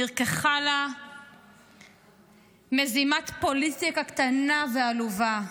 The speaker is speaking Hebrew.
נרקחה לה מזימת פוליטיקה קטנה ועלובה,